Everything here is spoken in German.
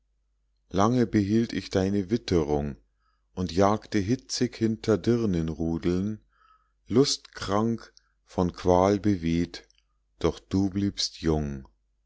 lange behielt ich deine witterung und jagte hitzig hinter dirnenrudeln lustkrank von qual beweht doch du bliebst jung